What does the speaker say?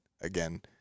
again